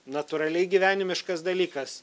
natūraliai gyvenimiškas dalykas